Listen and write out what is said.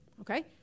okay